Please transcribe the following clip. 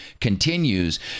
continues